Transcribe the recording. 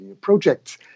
projects